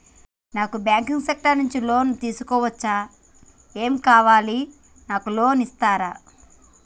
నాకు banking sector నుంచి loan తీసుకోవచ్చా? ఏమేం కావాలి? నాకు లోన్ ఇస్తారా?